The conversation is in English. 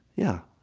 yeah.